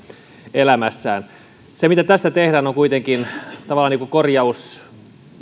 elämässään se mitä tässä tehdään on kuitenkin tavallaan korjaus